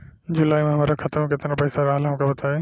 जुलाई में हमरा खाता में केतना पईसा रहल हमका बताई?